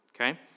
okay